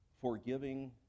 forgiving